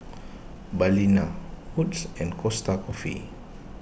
Balina Wood's and Costa Coffee